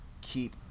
keep